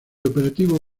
operativo